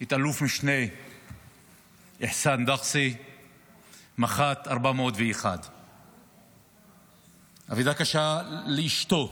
את אלוף משנה אחסאן דקסה מח"ט 401. אבדה קשה לאשתו,